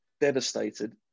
devastated